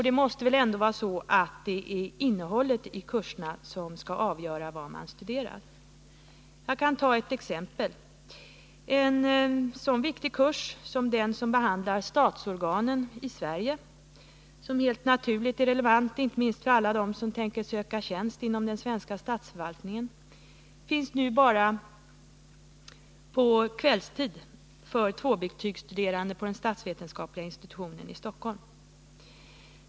Det är väl ändå innehållet i kurserna som skall avgöra vad man studerar. Jag kan ta ett exempel. En sådan viktig kurs som den som behandlar statsorganen i Sverige — som helt naturligt är relevant inte minst för alla dem som tänker söka tjänst inom den svenska statsförvaltningen — finns nu bara på kvällstid för tvåbetygsstuderande på den statsvetenskapliga institutionen i Stockholm.